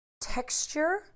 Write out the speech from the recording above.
texture